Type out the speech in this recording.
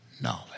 knowledge